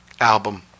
album